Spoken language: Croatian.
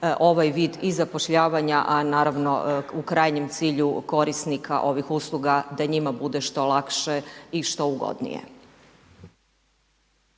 ovaj vid i zapošljavanja, a naravno u krajnjem cilju, korisnika ovih usluga, da njima bude što lakše i što ugodnije.